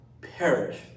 perish